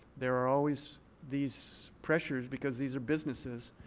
there are always these pressures because these are businesses.